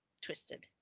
twisted